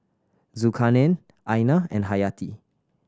Zulkarnain Aina and Hayati